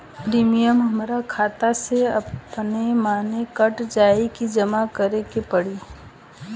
Premium हमरा खाता से अपने माने कट जाई की जमा करे के पड़ी?